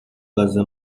cousin